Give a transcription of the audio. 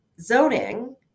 zoning